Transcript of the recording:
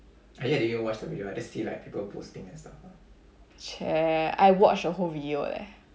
!chey! I watch the whole video eh